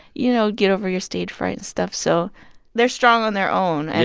you know, get over your stage fright and stuff. so they're strong on their own. and.